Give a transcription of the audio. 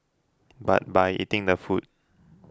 but by eating the food